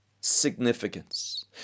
significance